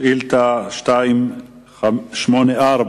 שאילתא מס' 284,